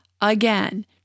again